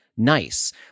nice